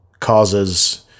causes